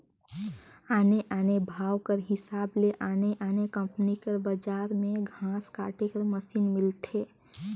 आने आने भाव कर हिसाब ले आने आने कंपनी कर बजार में घांस काटे कर मसीन मिलथे